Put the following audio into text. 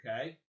okay